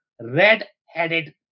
red-headed